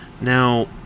Now